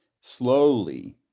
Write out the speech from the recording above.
slowly